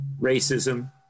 racism